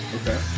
Okay